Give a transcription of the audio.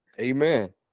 Amen